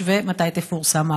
3. מתי תפורסם ההחלטה?